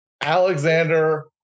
Alexander